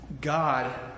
God